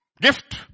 Gift